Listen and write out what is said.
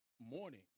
morning